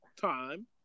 time